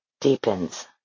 deepens